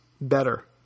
better